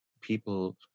people